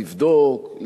לבדוק,